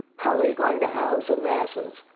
how are you going to house the masses?